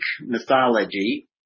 mythology